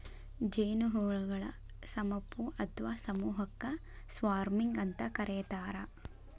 ಜೇನುಹುಳಗಳ ಸುಮಪು ಅತ್ವಾ ಸಮೂಹಕ್ಕ ಸ್ವಾರ್ಮಿಂಗ್ ಅಂತ ಕರೇತಾರ